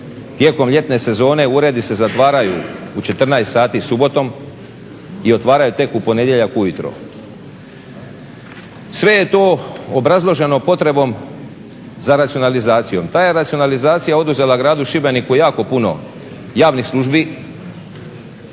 tijekom ljetne sezone uredi se zatvaraju u 14 sati subotom i otvaraju tek u ponedjeljak ujutro. Sve je to obrazloženo potrebom za racionalizacijom. Ta je racionalizacija oduzela gradu Šibeniku jako puno javnih službi,